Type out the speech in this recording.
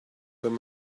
wenn